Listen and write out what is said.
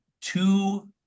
two